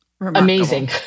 amazing